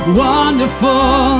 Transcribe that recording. wonderful